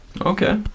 okay